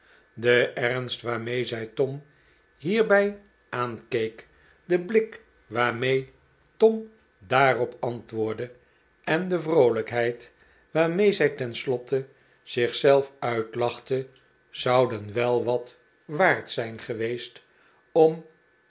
de ernst waarmee zij tom hierbij aarikeek de blik waarmee tom daarop antwoordde en de vroolijkheid waarmee zij tenslotte zich zelf uitiachte zouden wel wat huishoudelijke be'slommeringen waard zijn geweest om